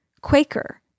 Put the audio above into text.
Quaker